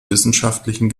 wissenschaftlichen